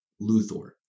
Luthor